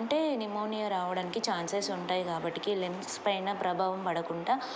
అంటే నిమోనియా రావడానికి ఛాన్సెస్ ఉంటాయి కాబట్టికి లంగ్స్ పైన ప్రభావం పడకుండా